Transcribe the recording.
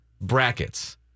brackets